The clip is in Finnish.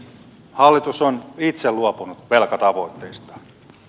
hallitus on itse luopunut velkatavoitteistaan